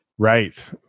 Right